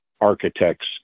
architects